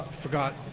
forgot